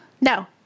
No